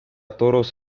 toros